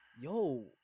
yo